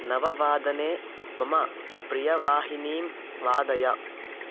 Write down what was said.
नववादने मम प्रियवाहिनीं वादय